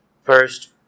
First